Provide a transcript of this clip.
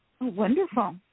Wonderful